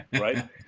right